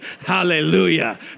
Hallelujah